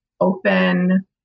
open